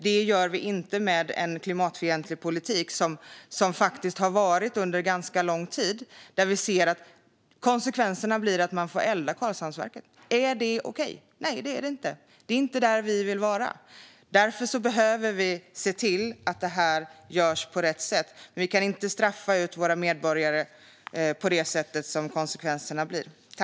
Då kan vi inte ha en klimatfientlig politik, som det faktiskt har varit under en ganska lång tid. Konsekvensen blir att man får elda i Karlshamnsverket. Är det okej? Nej, det är det inte. Det är inte där vi vill vara. Därför behöver vi se till att det här görs på rätt sätt. Konsekvensen får inte bli att vi straffar ut våra medborgare.